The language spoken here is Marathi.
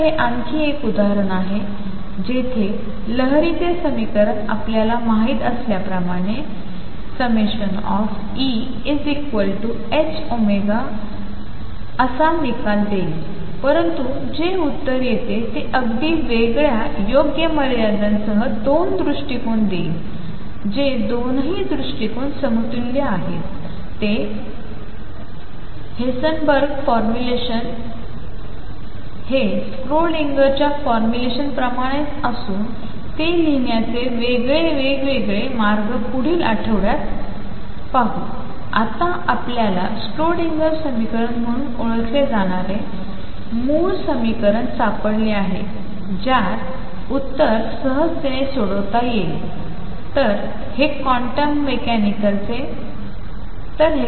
तर हे आणखी एक उदाहरण आहे जेथे लहरींचे समीकरण आपल्याला माहित असल्याप्रमाणे ΔE ℏω असा निकाल देईल परंतु जे उत्तर येते ते अगदी वेगळ्या योग्यमर्यादांसह दोन दृष्टिकोन देईल जे दोनही दृष्टिकोन समतुल्य आहेत हेसनबर्गचे फॉर्म्युलेशन हे स्क्रोडिंगरच्या फॉर्म्युलेशन प्रमाणेच असून ते लिहिण्याचे वेगवेगळे मार्ग पुढील आठवड्यात पाहू आता आपल्याला स्क्रोडिंगर समीकरण म्हणून ओळखले जाणारे मूलभूत समीकरण सापडले आहे ज्याचे उत्तर जसे आपण सोडविले आहे तसेच आहे